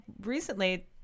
Recently